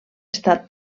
estat